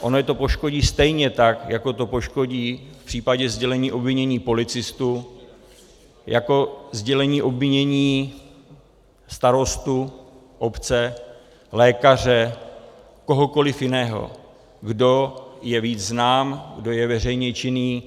Ono je to poškodí stejně tak, jako to poškodí v případě sdělení obvinění policistu, starostu obce, lékaře, kohokoliv jiného, kdo je víc znám, kdo je veřejně činný.